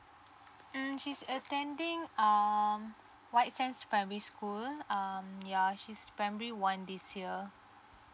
mm she's attending um white sands primary school um ya she's primary one this year